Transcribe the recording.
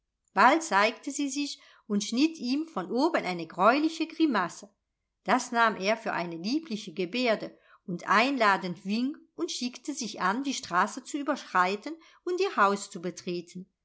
bald zeigte sie sich und schnitt ihm von oben eine greuliche grimasse das nahm er für eine liebliche geberde und einladenden wink und schickte sich an die straße zu überschreiten und ihr haus zu betreten